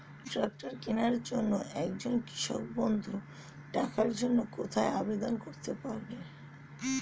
Tractor কিনার জন্য একজন কৃষক বন্ধু টাকার জন্য কোথায় আবেদন করবে?